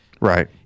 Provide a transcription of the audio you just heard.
right